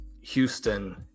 Houston